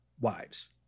wives